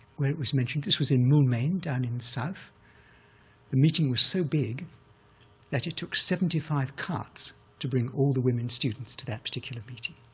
where it was mentioned, this was in moulmain, down in the south. the meeting was so big that it took seventy five carts to bring all the women students to that particular meeting.